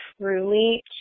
truly